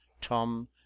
tom